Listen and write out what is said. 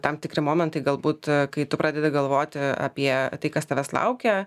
tam tikri momentai galbūt kai tu pradedi galvoti apie tai kas tavęs laukia